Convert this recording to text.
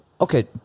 Okay